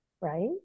right